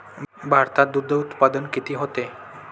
भारतात दुग्धउत्पादन किती होते?